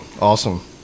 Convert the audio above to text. Awesome